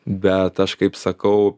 bet aš kaip sakau